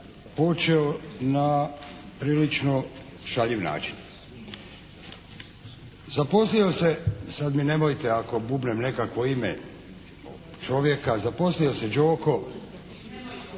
počeo na prilično šaljiv način. Zaposlio se, sad mi nemojte ako bubnem nekakvo ime čovjeka, zaposlio se Đoko…